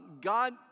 God